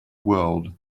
world